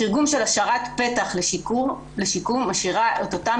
התרגום של השארת פתח לשיקום משאירה את אותן